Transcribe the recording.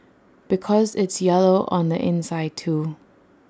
because it's yellow on the inside too